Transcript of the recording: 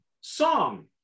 song